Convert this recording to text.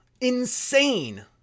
Insane